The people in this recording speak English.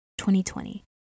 2020